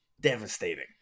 devastating